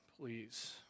please